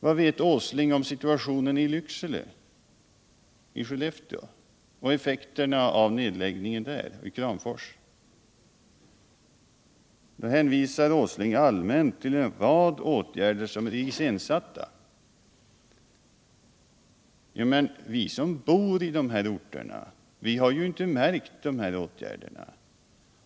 Vad vet herr Åsling om situationen i Lycksele, Skellefteå och Kramfors, och effekterna av nedläggningarna där? Herr Åsling hänvisar allmänt till en rad åtgärder som är iscensatta. Men vi som bor på dessa orter har ju inte märkt de åtgärderna.